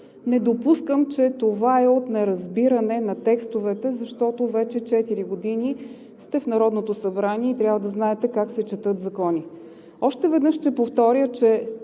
Не допускам, че това е от неразбиране на текстовете, защото вече четири години сте в Народното събрание и трябва да знаете как се четат закони. Още веднъж ще повторя, че